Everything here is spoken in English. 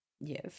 Yes